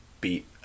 beat